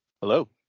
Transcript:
Hello